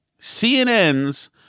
CNN's